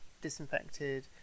disinfected